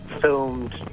filmed